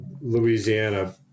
Louisiana